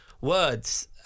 words